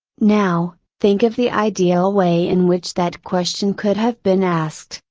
now, think of the ideal way in which that question could have been asked,